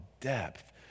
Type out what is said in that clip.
depth